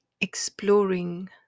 exploring